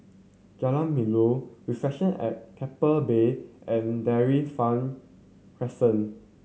Jalan Melor Reflection at Keppel Bay and Dairy Farm Crescent